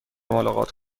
ملاقات